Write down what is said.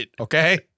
Okay